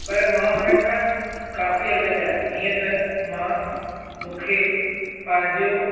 पर मां उन्हनि खां काफ़ी अलॻि आहियां जीअं त मां मूंखे पंहिंजो